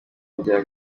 rya